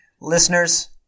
Listeners